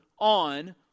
on